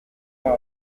wose